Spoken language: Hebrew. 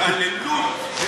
התעללות.